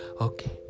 Okay